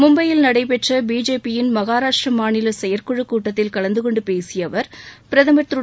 மும்பையில் நடைபெற்ற பிஜேபியின் மகாராஷ்டிர மாநில செயற்குழுக் கூட்டத்தில் கலந்துகொண்டு பேசிய அவர் பிரதமர் திரு